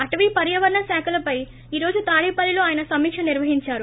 అటవీ పర్యావరణ శాఖలపై ఈ రోజు తాడేపల్లిలో ఆయన సమీక్ష నిర్వహించారు